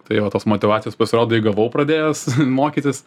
tai va tos motyvacijos pasirodo įgavau pradėjęs mokytis